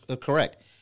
correct